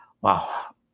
Wow